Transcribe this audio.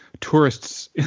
tourists